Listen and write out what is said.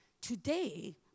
Today